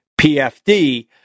PFD